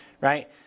Right